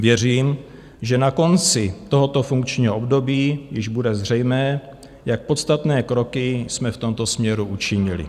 Věřím, že na konci tohoto funkčního období již bude zřejmé, jak podstatné kroky jsme v tomto směru učinili.